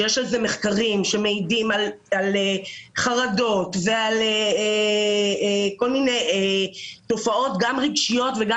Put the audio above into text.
שיש על זה מחקרים שמעידים על חרדות ועל כל מיני תופעות גם רגשיות וגם